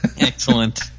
excellent